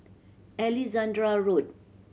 Alexandra Road